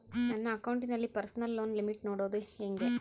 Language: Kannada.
ನನ್ನ ಅಕೌಂಟಿನಲ್ಲಿ ಪರ್ಸನಲ್ ಲೋನ್ ಲಿಮಿಟ್ ನೋಡದು ಹೆಂಗೆ?